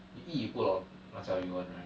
you eat you put a lot of 辣椒油 [one] right